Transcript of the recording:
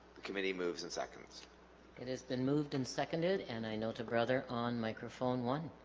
the committee moves and seconds it has been moved and seconded and i know to brother on microphone one